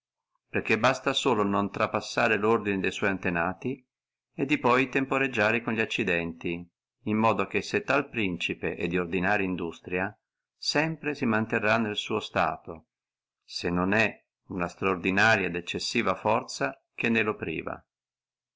perché basta solo non preterire lordine de sua antinati e di poi temporeggiare con li accidenti in modo che se tale principe è di ordinaria industria sempre si manterrà nel suo stato se non è una estraordinaria et eccessiva forza che ne lo privi